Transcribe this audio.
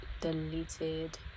deleted